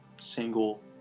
single